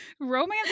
Romance